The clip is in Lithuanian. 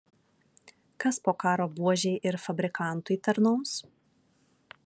kas po karo buožei ir fabrikantui tarnaus